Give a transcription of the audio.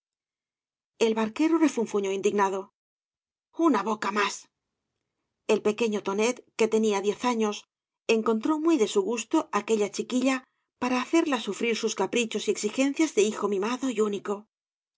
el barquero refunfuñó indignado una boca más ei pequeño tonet que tenía diez años encontró muy de su gusto aquella chiquilla para hacerla sufrir bus caprichos y exigencias de hijo mimado y único